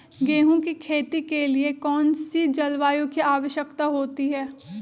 गेंहू की खेती के लिए कौन सी जलवायु की आवश्यकता होती है?